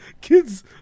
kids